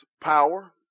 power